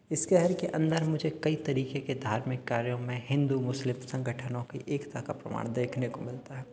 इस शहर के अन्दर मुझे कई तरीके के धार्मिक कार्यों में हिन्दू मुस्लिम संगठनों की एकता का प्रमाण देखने को मिलता है